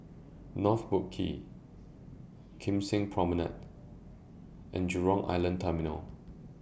North Boat Quay Kim Seng Promenade and Jurong Island Terminal